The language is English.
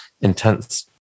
intense